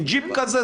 עם ג'יפ כזה,